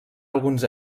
alguns